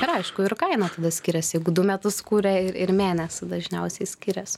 ir aišku ir kaina tada skiriasi jeigu du metus kūrė ir ir mėnesį dažniausiai skirias